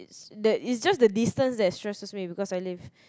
that it's just the distance that stresses me because I live